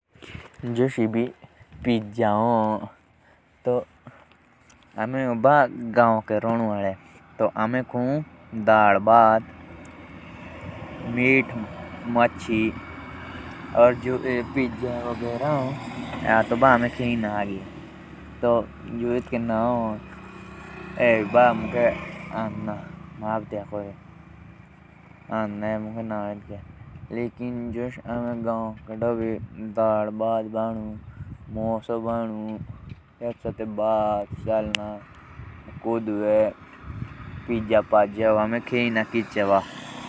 जुश इभी पिज्जा भी हो तो आमे खै तो अतना। पर जो कुनी खाओ तो तीन बेर पोसे हो जादा। ओर आमे गव के रहनो वाडे तो आमे जादा दाद भात खोउ ओर काली काली मोसो भानु।